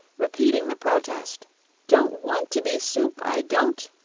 repeating the protest don't want to be soup, i don't!